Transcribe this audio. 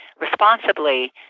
responsibly